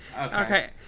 Okay